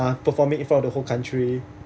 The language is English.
performing in front of the whole country